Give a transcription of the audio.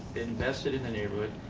invested in the neighborhood.